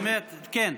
באמת, כן.